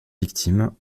victimes